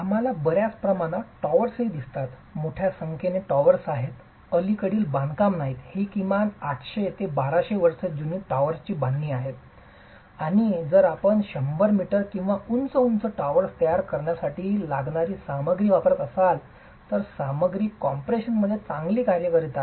आम्हाला बर्याच प्रमाणात टॉवर्सही दिसतात मोठ्या संख्येने टॉवर्स आहेत अलीकडील बांधकामे नाहीत ही किमान 800 ते 1200 वर्ष जुनी टॉवर्सची बांधणी आहेत आणि जर आपण 100 मीटर किंवा उंच टॉवर्स तयार करण्यासाठी एखादी सामग्री वापरत असाल तर सामग्री कम्प्रेशनमध्ये चांगली कार्य करीत आहे